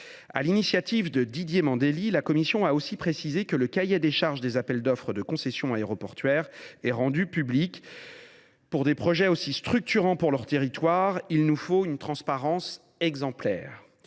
l’initiative de Didier Mandelli, la commission a également précisé que le cahier des charges des appels d’offres de concessions aéroportuaires devait être rendu public : pour des projets aussi structurants pour les territoires, il nous faut une transparence exemplaire.